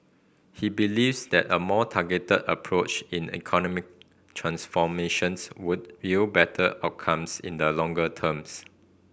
he believes that a more targeted approach in economic transformations would yield better outcomes in the longer terms